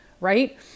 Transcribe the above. right